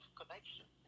connection